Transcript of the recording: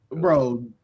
Bro